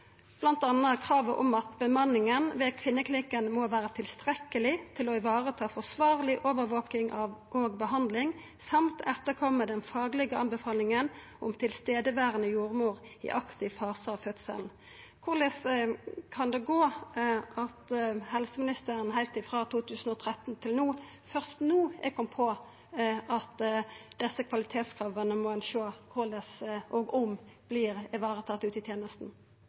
kravet om at bemanninga ved kvinneklinikkane «må være tilstrekkelig for å ivareta forsvarlig overvåking og behandling samt etterkomme den faglige anbefalingen om tilstedeværende jordmor i aktiv fase av fødselen». Korleis kan det ha seg at det har gått heilt frå 2013 og til no før helseministeren har kome på at ein må sjå på korleis – og om – desse kvalitetskrava vert varetekne ute i